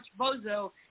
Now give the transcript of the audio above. Bozo